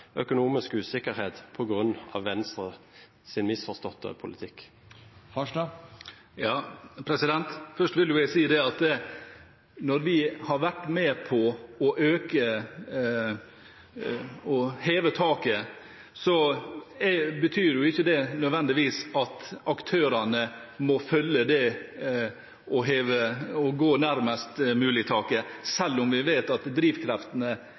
økonomisk usikkerhet på grunn av Venstres misforståtte politikk? Først vil jeg si at når vi har vært med på å heve taket, betyr ikke det nødvendigvis at aktørene må følge etter og gå nærmest mulig taket, selv om vi vet at drivkreftene gjerne er